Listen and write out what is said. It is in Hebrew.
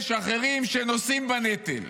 יש אחרים שנושאים בנטל.